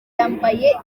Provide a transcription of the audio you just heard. yambaye